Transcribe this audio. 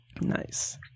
nice